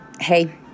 hey